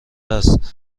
است